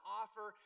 offer